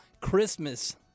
Christmas